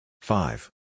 Five